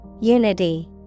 Unity